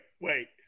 Wait